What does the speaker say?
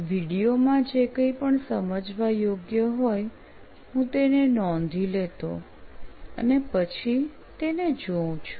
video માં જે કંઈપણ સમજવા યોગ્ય હોય હું તેને નોંધી લેતો અને પછી તેને પછી જોઉં છું